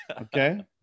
Okay